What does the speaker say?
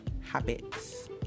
Habits